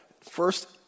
First